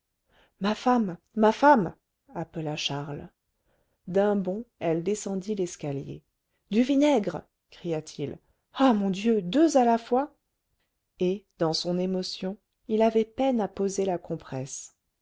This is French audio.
ma femme ma femme appela charles d'un bond elle descendit l'escalier du vinaigre cria-t-il ah mon dieu deux à la fois et dans son émotion il avait peine à poser la compresse